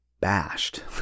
bashed